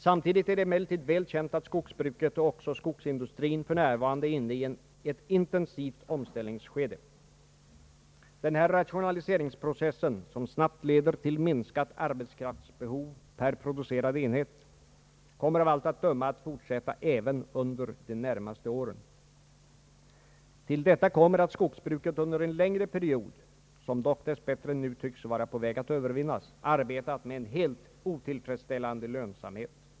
Samtidigt är det emellertid väl känt att skogsbruket och också skogsindustrin för närvarande är inne i ett intensivt omställningsskede. Denna rationaliseringsprocess, som snabbt leder till minskat arbetskraftsbehov per producerad enhet, kommer av allt att döma att fortsätta även under de närmaste åren. Till detta kommer att skogsbruket under en längre period — som dock dess bättre nu tycks vara på väg att övervinnas — arbetat med en helt otillfredsställande lönsamhet.